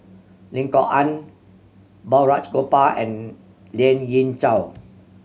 Lim Kok Ann Balraj Gopal and Lien Ying Chow